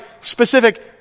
specific